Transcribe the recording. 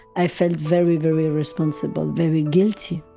i felt very very responsible. very guilty.